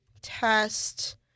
test